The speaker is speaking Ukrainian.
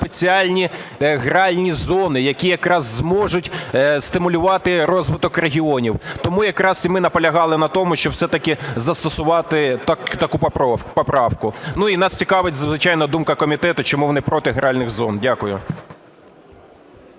спеціальні гральні зони, які якраз зможуть стимулювати розвиток регіонів. Тому якраз і ми наполягали на тому, щоб все-таки застосувати таку поправку. Ну і нас цікавить, звичайно, думка комітету, чому вони проти гральних зон. Дякую.